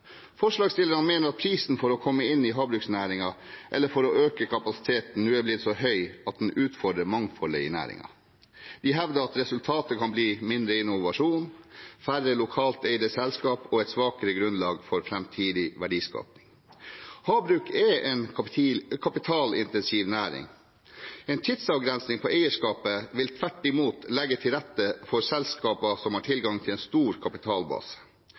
Forslagsstillerne mener at prisen for å komme inn i havbruksnæringen eller for å øke kapasiteten nå er blitt så høy at den utfordrer mangfoldet i næringen. De hevder at resultatet kan bli mindre innovasjon, færre lokalt eide selskaper og et svakere grunnlag for framtidig verdiskaping. Havbruk er en kapitalintensiv næring. En tidsavgrensning av eierskapet vil tvert imot legge til rette for selskaper som har tilgang til en stor kapitalbase.